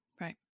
Right